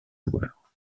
joueurs